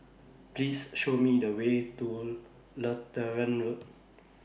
Please Show Me The Way to Lutheran Road